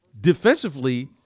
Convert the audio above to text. defensively